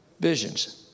Visions